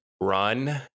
run